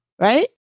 right